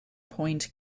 point